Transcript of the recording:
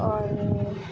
اور